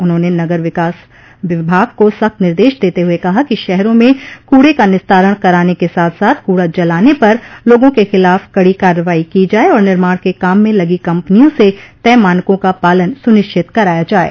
उन्होंने नगर विकास विभाग को सख्त निर्देश देते हुए कहा कि शहरों में कूड़े का निस्तारण कराने के साथ साथ कूड़ा जलाने पर लोगों के खिलाफ कड़ी कार्रवाई की जाये और निर्माण के काम में लगी कम्पनियों से तय मानकों का पालन सुनिश्चित कराया जाये